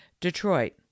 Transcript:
Detroit